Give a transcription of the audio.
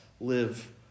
live